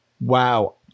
wow